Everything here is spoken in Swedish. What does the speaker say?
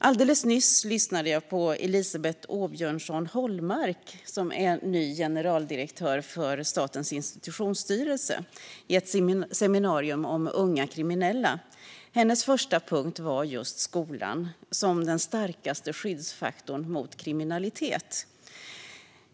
Alldeles nyss lyssnade jag på Elisabet Åbjörnsson Hollmark, som är ny generaldirektör för Statens institutionsstyrelse, på ett seminarium om unga kriminella. Hennes första punkt var just skolan som den starkaste skyddsfaktorn mot kriminalitet.